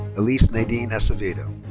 elise nadine acevedo.